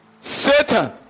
Satan